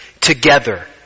together